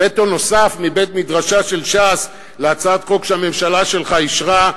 וטו נוסף מבית-מדרשה של ש"ס על הצעת חוק שהממשלה שלך אישרה,